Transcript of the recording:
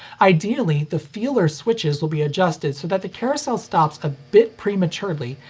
ideally, the feeler switches will be adjust and so that the carousel stops a bit prematurely,